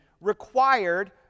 required